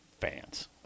fans